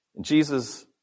Jesus